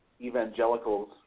evangelicals